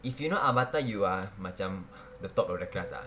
if you know you ah macam the top of the class ah